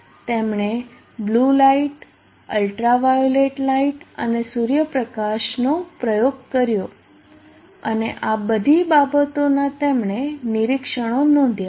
તેમણે blue light ultraviolet light અને સૂર્યપ્રકાશનો પ્રયોગ કર્યો અને આ બધી બાબતોના તેમના નિરીક્ષણો નોંધ્યા